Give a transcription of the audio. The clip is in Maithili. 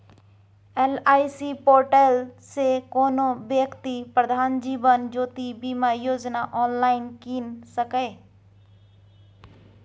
एल.आइ.सी पोर्टल सँ कोनो बेकती प्रधानमंत्री जीबन ज्योती बीमा योजना आँनलाइन कीन सकैए